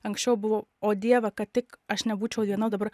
anksčiau buvau o dieve kad tik aš nebūčiau viena dabar